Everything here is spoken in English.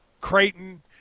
Creighton